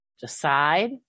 decide